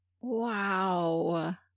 Wow